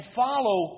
follow